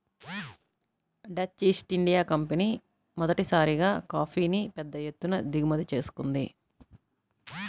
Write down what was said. Dutch East India company మొదటిసారిగా కాఫీని పెద్ద ఎత్తున దిగుమతి చేసుకుంది